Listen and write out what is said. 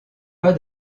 pas